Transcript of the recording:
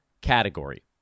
category